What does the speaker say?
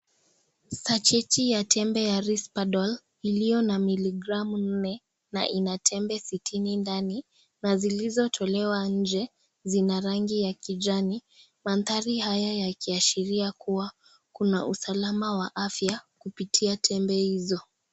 Sajeti ya tembe ya Risperdol iliyo na miligramu nne na ina tembe sitini ndani na zilizotolewa nje zina rangi ya kijani. Maandhari haya yakiashiria kuwa kuna usalama wa afya kupitia tembe hizo.